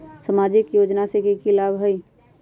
सामाजिक योजना से की की लाभ होई?